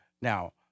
Now